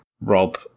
Rob